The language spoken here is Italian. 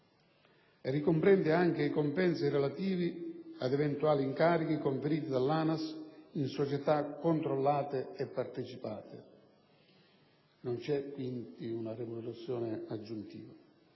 e ricomprende anche i compensi relativi ad eventuali incarichi conferiti dall'ANAS in società controllate e partecipate. Non c'è quindi una remunerazione aggiuntiva.